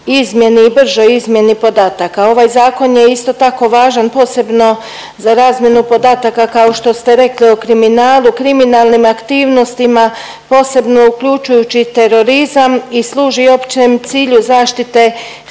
izmjeni i bržoj izmjeni podataka. Ovaj zakon je isto tako važan posebno za razmjenu podataka kao što ste rekli o kriminalu, kriminalnim aktivnostima, posebno uključujući i terorizam i služi općem cilju zaštite sigurnosti